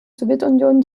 sowjetunion